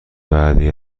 وعده